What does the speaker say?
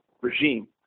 regime